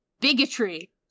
Bigotry